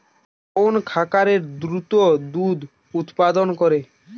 কোন খাকারে দ্রুত দুধ উৎপন্ন করে?